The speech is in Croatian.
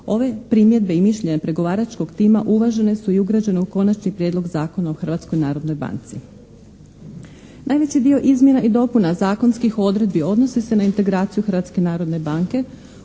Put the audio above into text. Ove primjedbe i mišljenja pregovaračkog tima uvažene su i ugrađene u Konačni prijedlog zakona o Hrvatskoj narodnoj banci. Najveći dio izmjena i dopuna zakonskih odredbi odnosi se na integraciju Hrvatske narodne banke